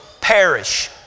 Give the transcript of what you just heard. perish